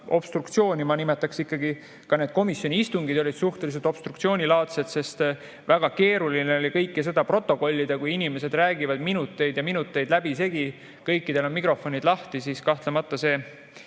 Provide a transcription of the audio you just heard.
istung]. Ma nimetaks ikka, ka need komisjoni istungid olid suhteliselt obstruktsioonilaadsed. Väga keeruline on kõike seda protokollida, kui inimesed räägivad minuteid ja minuteid läbisegi, kõikidel on mikrofonid lahti. Kahtlemata selles